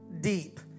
deep